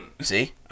See